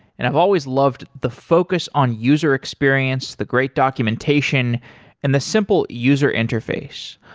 and i've always loved the focus on user experience, the great documentation and the simple user interface.